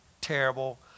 terrible